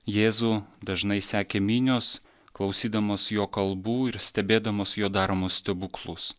jėzų dažnai sekė minios klausydamos jo kalbų ir stebėdamos jo daromus stebuklus